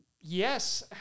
yes